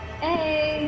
Hey